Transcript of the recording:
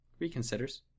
reconsiders